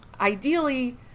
ideally